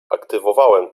aktywowałem